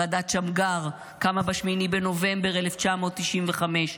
ועדת שמגר קמה ב-8 בנובמבר 1995,